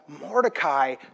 Mordecai